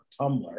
Tumblr